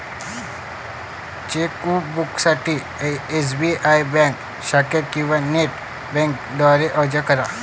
चेकबुकसाठी SBI bank शाखेत किंवा नेट बँकिंग द्वारे अर्ज करा